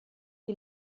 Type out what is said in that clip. die